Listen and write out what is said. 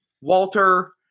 Walter